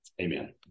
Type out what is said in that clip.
Amen